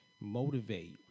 motivate